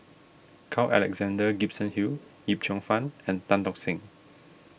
Carl Alexander Gibson Hill Yip Cheong Fun and Tan Tock Seng